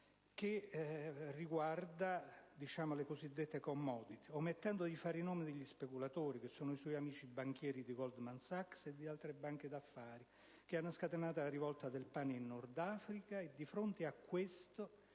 soia ed altre *commodities*), omettendo di fare i nomi degli speculatori, che sono i suoi amici banchieri della Goldman Sachs e di altre banche di affari, che hanno scatenato la rivolta del pane in Nord Africa. E, di fronte a questo,